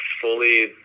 fully